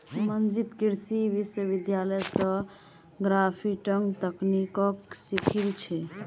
मंजीत कृषि विश्वविद्यालय स ग्राफ्टिंग तकनीकक सीखिल छ